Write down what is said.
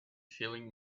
feeling